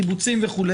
קיבוצים וכו',